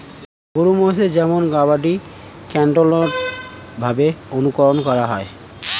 গরু মহিষের যেমন গবাদি কন্ট্রোল্ড ভাবে অনুকরন করা হয়